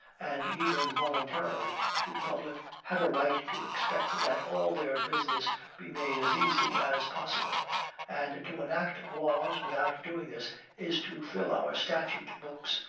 and even voluntarily, to the public, have a right to expect that all their business be made as easy as possible and to enact laws without doing this is to fill our statute-books,